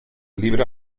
libre